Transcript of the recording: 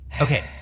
Okay